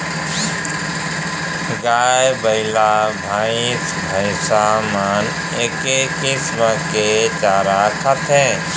गाय, बइला, भईंस भईंसा मन एके किसम के चारा खाथें